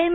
M